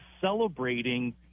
celebrating